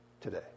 today